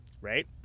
Right